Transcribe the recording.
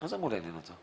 מה זה אמור לעניין אותו?